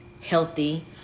healthy